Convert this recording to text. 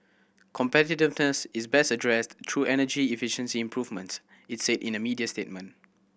competitiveness is best addressed through energy efficiency improvement it said in a media statement